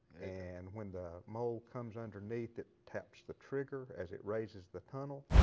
and when the mole comes underneath, it taps the trigger as it raises the tunnel.